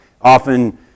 Often